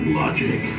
logic